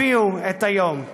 הביאו את היום.